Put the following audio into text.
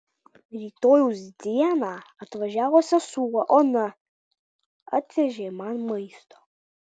rytojaus dieną atvažiavo sesuo ona atvežė man maisto